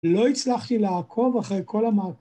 ‫לא הצלחתי לעקוב אחרי כל המ...